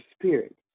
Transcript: spirit